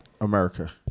America